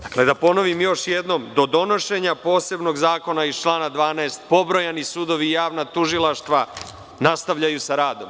Dakle, da ponovim još jednom, do donošenja posebnog zakona iz člana 12. pobrojani sudovi i javna tužilaštva nastavljaju sa radom.